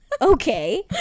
okay